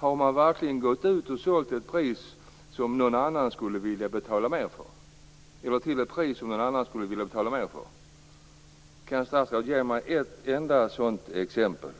Är det någon kommun som har sålt till ett pris som ligger lägre än någon annan skulle vilja betala? Kan statsrådet ge mig ett enda sådant exempel?